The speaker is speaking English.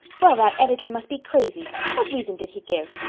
well, that editor must be crazy. what reason did he give?